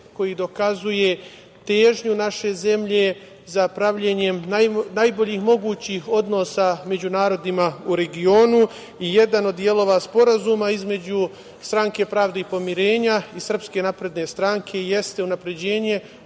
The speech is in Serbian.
koji dokazuje težnju naše zemlje za pravljenjem najboljih mogućih odnosa među narodima u regionu i jedan od delova sporazuma između Stranke pravde i pomirenja i SNS jeste unapređenje